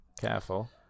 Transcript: careful